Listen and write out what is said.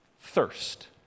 thirst